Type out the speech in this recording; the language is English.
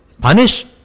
Punish